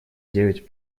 девять